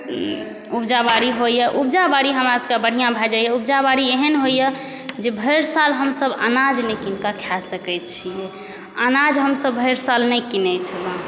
उपजा बाड़ी होइए उपजा बाड़ी हमरसबके बढ़िआँ भऽ जाइए उपजा बाड़ी एहन होइए जे भरि साल हमसब अनाज नहि कीनिकऽ खा सकै छिए अनाज हमसब भरि साल नहि किनै छिए